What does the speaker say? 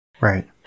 Right